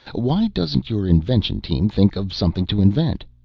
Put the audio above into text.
why doesn't your invention team think of something to invent?